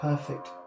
Perfect